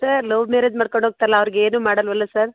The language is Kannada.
ಸರ್ ಲವ್ ಮ್ಯಾರೇಜ್ ಮಾಡ್ಕೊಂಡು ಹೋಗ್ತಾರಲ್ಲ ಅವ್ರ್ಗೆ ಏನೂ ಮಾಡಲ್ಲವಲ್ಲ ಸರ್